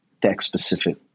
tech-specific